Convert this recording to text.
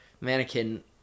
mannequin